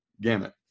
gamut